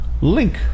link